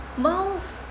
while